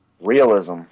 Realism